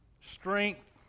strength